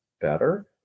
better